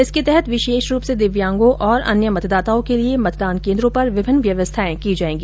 इसके तहत विशेष रूप से दिव्यांगों और अन्य मतदाताओं के लिये मतदान केन्द्रों पर विभिन्न व्यवस्थायें की जायेगी